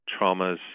traumas